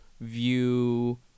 view